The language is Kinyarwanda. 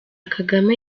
kagame